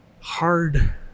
hard